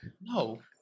No